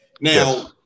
now